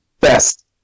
best